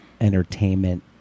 entertainment